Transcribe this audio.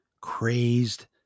crazed